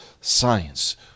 science